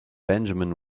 benjamin